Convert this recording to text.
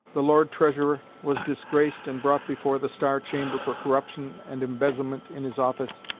the lord treasurer, was disgraced and brought before the star chamber for corruption and embezzlement in his office,